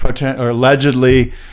allegedly